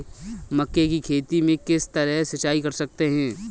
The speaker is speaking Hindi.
मक्के की खेती में किस तरह सिंचाई कर सकते हैं?